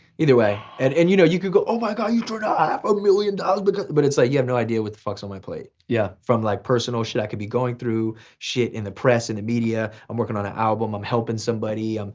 either way, and and you know you can go oh my god you turned down ah ah half a million dollars because, but it's like you have no idea what the fuck's on my plate. yeah. from like personal shit i could be going through, shit in the press, in the media, i'm working on an album, i'm helping somebody, um